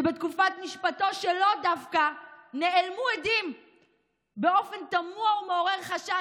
שבתקופת משפטו שלו דווקא נעלמו עדים באופן תמוה ומעורר חשד,